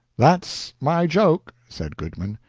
that's my joke, said goodman.